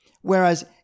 Whereas